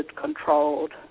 controlled